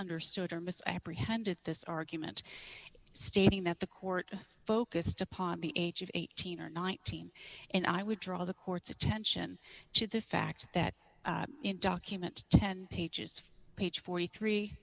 misunderstood her misapprehended this argument stating that the court focused upon the age of eighteen or nineteen and i would draw the court's attention to the fact that in document ten pages full page forty three